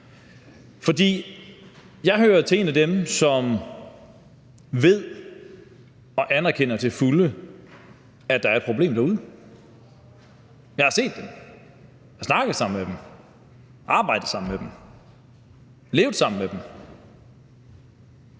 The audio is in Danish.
jeg hører jo til en af dem, som ved og til fulde anerkender, at der er et problem derude. Jeg har set dem, jeg har snakket sammen med dem, arbejdet sammen med dem, levet sammen med dem,